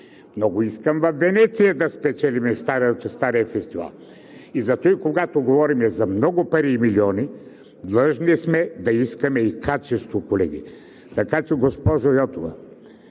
Много искам във Венеция да спечелим стария фестивал. И затуй, когато говорим за много пари и милиони, длъжни сме да искаме и качество, колеги. Така че, госпожо Йотова,